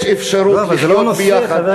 יש אפשרות לחיות ביחד,